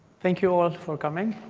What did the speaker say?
thank you all for coming.